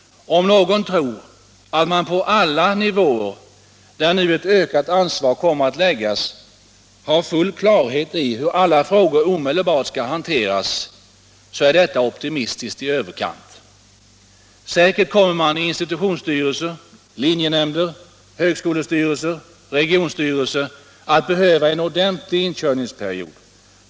Om någon tror att man på alla nivåer där nu ett ökat ansvar kommer att läggas har full klarhet i hur alla frågor omedelbart skall hanteras, så är detta optimistiskt i överkant. Säkert kommer man i institutionsstyrelser, linjenämnder, högskolestyrelser och regionstyrelser att behöva en ordentlig inkörningsperiod.